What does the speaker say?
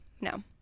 no